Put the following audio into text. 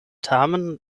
tamen